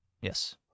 Yes